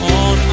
on